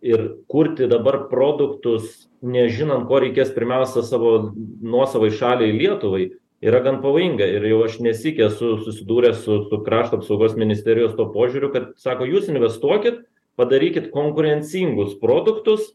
ir kurti dabar produktus nežinant ko reikės pirmiausia savo nuosavai šaliai lietuvai yra gan pavojinga ir jau aš nesyk esu susidūręs su su krašto apsaugos ministerijos tuo požiūriu kad sako jūs investuokit padarykit konkurencingus produktus